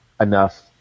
enough